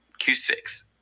Q6